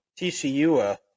TCU—a